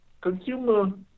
consumer